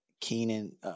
Keenan